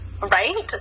Right